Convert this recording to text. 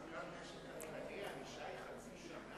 החזקת נשק קטלני, הענישה היא חצי שנה?